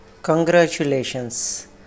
Congratulations